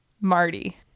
Marty